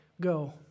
Go